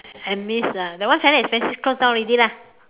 Amis ah that one very expensive close down already lah